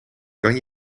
kan